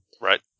Right